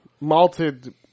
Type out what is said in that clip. malted